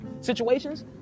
situations